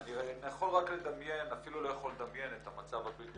אני אפילו לא יכול לדמיין את המצב הבלתי